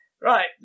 right